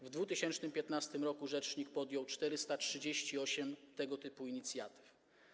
W 2015 r. rzecznik podjął 438 tego typu inicjatyw.